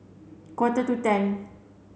quarter to ten